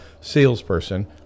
salesperson